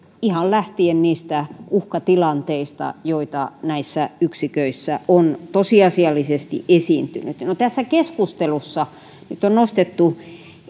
ihan lähtien niistä uhkatilanteista joita näissä yksiköissä on tosiasiallisesti esiintynyt tässä keskustelussa nyt on nostettu